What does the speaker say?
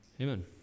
Amen